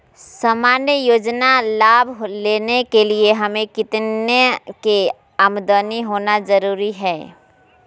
सामान्य योजना लाभ लेने के लिए हमें कितना के आमदनी होना जरूरी है?